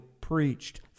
preached